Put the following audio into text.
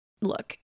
look